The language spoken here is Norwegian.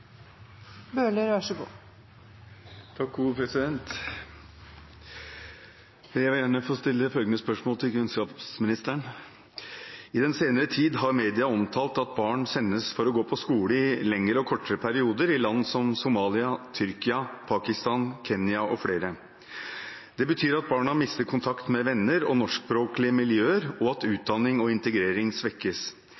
kunnskapsministeren: «I den senere tid har media omtalt at barn sendes for å gå på skole i lengre og kortere perioder i land som Somalia, Tyrkia, Pakistan, Kenya og flere. Det betyr at barna mister kontakt med venner og norskspråklige miljøer, og at